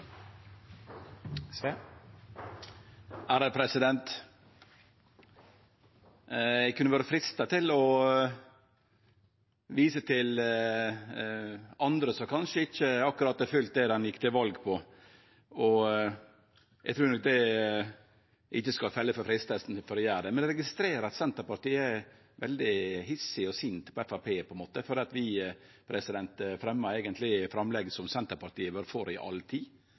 Eg kunne ha vore freista til å vise til andre som kanskje ikkje akkurat har følgt det dei gjekk til val på. Eg trur nok eg ikkje skal falle for freistinga til å gjere det. Eg registrerer at Senterpartiet er veldig hissige og sinte på Framstegspartiet fordi vi eigentleg fremjar framlegg som Senterpartiet har vore for i all tid,